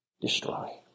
destroy